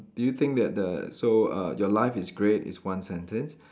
did you think that the so uh your life is great is one sentence